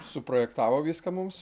suprojektavo viską mums